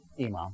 Imam